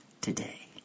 today